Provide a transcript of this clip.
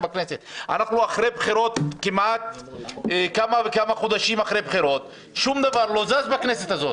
אנחנו כמה חודשים אחרי בחירות ושום דבר לא זז בכנסת הזאת.